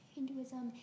Hinduism